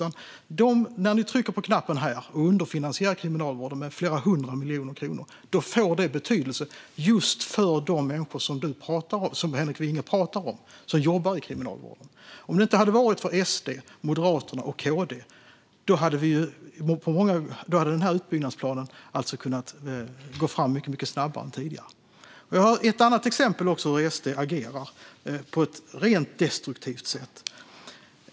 När ni trycker på knappen här och därmed underfinansierar Kriminalvården med flera hundra miljoner kronor får det betydelse just för de människor som jobbar i Kriminalvården, de som Henrik Vinge pratar om. Om det inte hade varit för SD, Moderaterna och KD hade utbyggnadsplanen gått fram snabbare. Jag har ett annat exempel på hur SD agerar på ett rent destruktivt sätt.